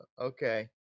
okay